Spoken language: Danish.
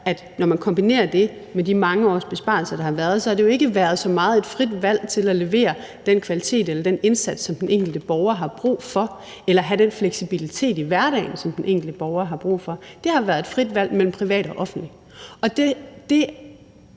når man kombinerer det med de mange års besparelser, der har været, har det jo ikke særlig meget været et frit valg til at levere den kvalitet og den indsats, som den enkelte borger har brug for, eller skabe den fleksibilitet i hverdagen, som den enkelte borger har brug for. Det har været et frit valg mellem privat og offentlig